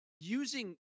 Using